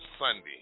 Sunday